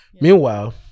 Meanwhile